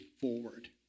forward